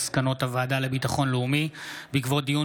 מסקנות הוועדה לביטחון לאומי בעקבות דיון